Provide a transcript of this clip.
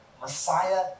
Messiah